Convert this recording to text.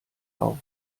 auf